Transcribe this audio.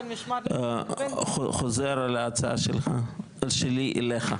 ההצעה שלי אליך,